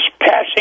passing